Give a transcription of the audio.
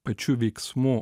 pačių veiksmų